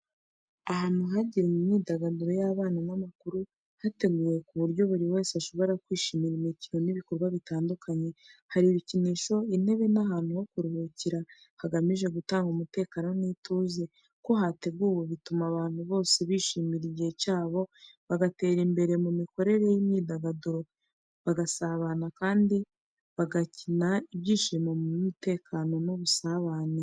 Ahantu hagenwe imyidagaduro y’abana n’abakuru hateguwe ku buryo buri wese ashobora kwishimira imikino n’ibikorwa bitandukanye. Hari ibikinisho, intebe, n’ahantu ho kuruhukira hagamije gutanga umutekano n’ituze. Uko hateguwe, bituma abantu bose bishimira igihe cyabo, bagatera imbere mu mikorere y’imyidagaduro, bagasabana kandi bakagira ibyishimo mu mutekano n’ubusabane.